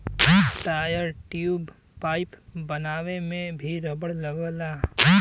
tyre, tube, pipe बनावे में भी रबड़ लगला